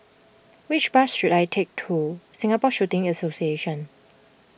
which bus should I take to Singapore Shooting Association